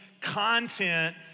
content